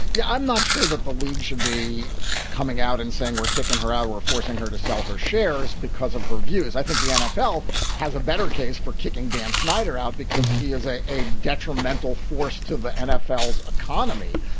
yeah i'm not sure that the league should be coming out and saying we're kicking her out or forcing her to sell her shares because of her views. i think the nfl has a better case for kicking dan snyder out because he has a a detrimental force to the nfl economy.